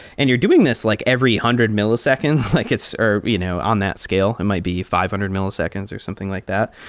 and you're doing this like every hundred milliseconds like or you know on that scale. it might be five hundred milliseconds or something like that.